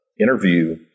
interview